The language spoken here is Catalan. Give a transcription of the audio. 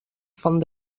font